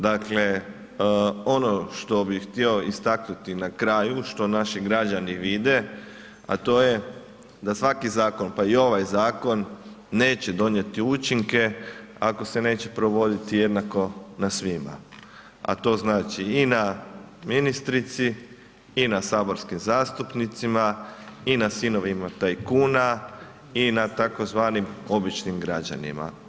Dakle, ono što bih htio istaknuti na kraju, što naši građani vide da svaki zakon pa i ovaj zakon neće donijeti učinke ako se neće provoditi jednako na svima, a to znači i na ministrici i na saborskim zastupnicima i na sinovima tajkuna i na tzv. običnim građanima.